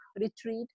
retreat